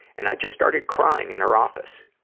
and i just started crying in her office.